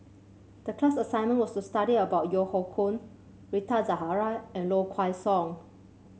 the class assignment was to study about Yeo Hoe Koon Rita Zahara and Low Kway Song